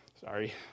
sorry